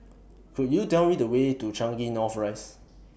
Could YOU Tell Me The Way to Changing North Rise